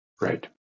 Right